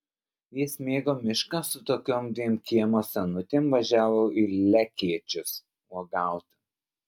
jis mėgo mišką su tokiom dviem kiemo senutėm važiavo į lekėčius uogauti